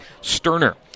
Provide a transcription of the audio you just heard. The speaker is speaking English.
Sterner